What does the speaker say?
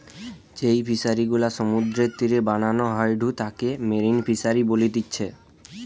যেই ফিশারি গুলা সমুদ্রের তীরে বানানো হয়ঢু তাকে মেরিন ফিসারী বলতিচ্ছে